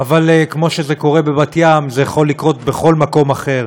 אבל כמו שזה קורה בבת-ים זה יכול לקרות בכל מקום אחר.